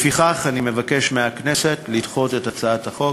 לפיכך אני מבקש מהכנסת לדחות את הצעת החוק.